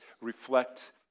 reflect